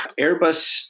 Airbus